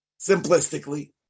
simplistically